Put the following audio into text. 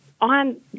on